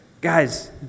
Guys